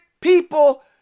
people